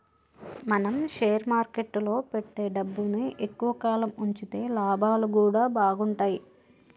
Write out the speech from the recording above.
మనం షేర్ మార్కెట్టులో పెట్టే డబ్బుని ఎక్కువ కాలం వుంచితే లాభాలు గూడా బాగుంటయ్